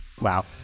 Wow